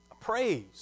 Praise